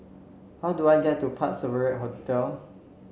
how do I get to Parc Sovereign Hotel